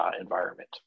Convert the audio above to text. environment